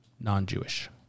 non-Jewish